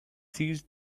seized